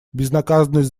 безнаказанность